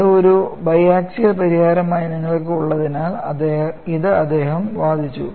ഇത് ഒരു biaxial പരിഹാരമായി നിങ്ങൾക്ക് ഉള്ളതിനാൽ ഇത് അദ്ദേഹം വാദിച്ചു